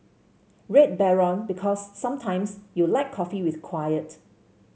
Red Baron Because sometimes you like coffee with quiet